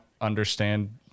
understand